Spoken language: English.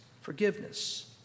forgiveness